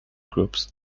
groups